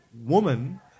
woman